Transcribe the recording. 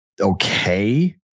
okay